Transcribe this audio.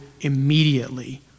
immediately